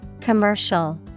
Commercial